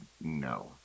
no